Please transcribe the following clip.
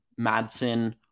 Madsen